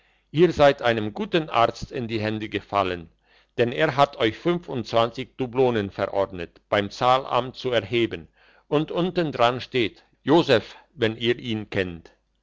ihr seid einem guten arzt in die hände gefallen denn er hat euch fünfundzwanzig dublonen verordnet beim zahlamt zu erheben und untendran steht joseph wenn ihr ihn kennt